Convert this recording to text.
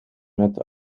met